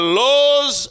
laws